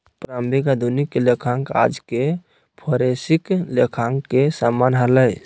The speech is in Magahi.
प्रारंभिक आधुनिक लेखांकन आज के फोरेंसिक लेखांकन के समान हलय